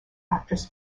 actress